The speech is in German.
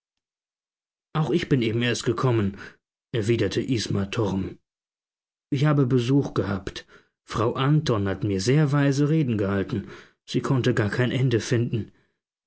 auch ich bin eben erst gekommen erwiderte isma torm ich habe besuch gehabt frau anton hat mir sehr weise reden gehalten sie konnte gar kein ende finden